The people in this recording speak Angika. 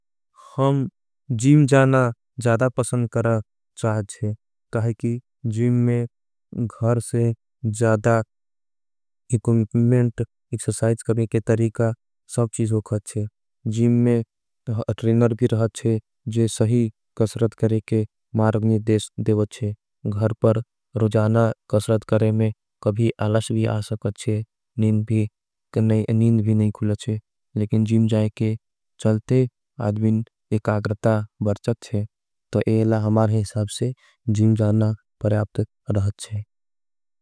हम जीम जाना ज़्यादा पसंद करा चाहते हैं क्योंकि जीम। में घर से ज़्यादा एकुमिट एकसरसाइच करेंके तरीका। सब चीज़ों करते हैं जीम में ट्रेनर भी रहते हैं जो सही। कस्रत करेंके मारग निर्देश देवते हैं गर पर रोजाना। कस्रत करें में कभी आलश भी आ सकते हैं नींद भी नहीं। खुलते हैं लेकिन जीम जाने के चलते आद्विन एकागरता बर्चत। हैं तो येला हमारे हिसाबसे जीम जाना पराप्त रहते हैं।